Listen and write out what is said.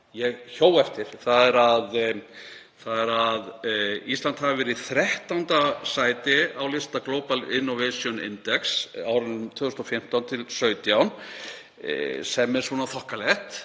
ég hjó eftir, er að Ísland hafi verið í 13. sæti á lista Global Innovation Index á árunum 2015–2017, sem er svona þokkalegt,